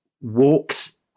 walks